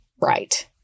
right